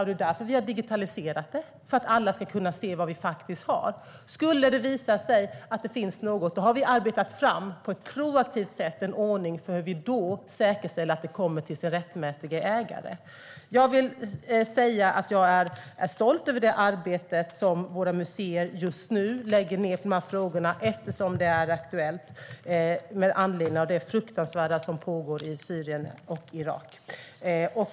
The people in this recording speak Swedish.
Det är därför som vi har digitaliserat detta, alltså för att alla ska kunna se vad vi faktiskt har. Om det skulle visa sig att det finns några sådana föremål har vi på ett proaktivt sätt arbetat fram en ordning för hur vi då ska säkerställa att dessa föremål kommer till sin rättmätige ägare. Jag är stolt över det arbete som våra museer just nu lägger ned på dessa frågor, eftersom det är aktuellt med anledning av det fruktansvärda som pågår i Syrien och i Irak.